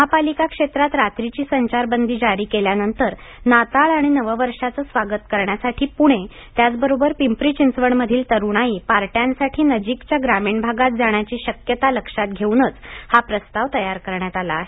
महापालिका क्षेत्रात रात्रीची संचारबंदी जारी केल्यानंतर नाताळ आणि नववर्षाचं स्वागत करण्यासाठी पूणे त्याचबरोबर पिंपरी चिंचवड मधील तरुणाई पार्ट्यांसाठी नजीकच्या ग्रामीण भागात जाण्याची शक्यता लक्षात घेऊनच हा प्रस्ताव तयार करण्यात आला आहे